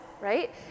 right